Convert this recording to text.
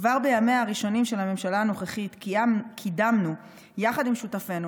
כבר בימיה הראשונים של הממשלה הנוכחית קידמנו יחד עם שותפינו,